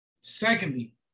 Secondly